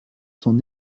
son